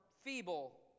feeble